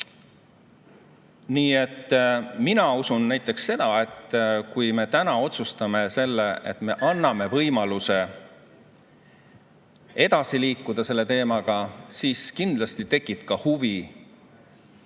Nii et mina usun näiteks seda, et kui me täna otsustame, et me anname võimaluse edasi liikuda selle teemaga, siis kindlasti tekib huvi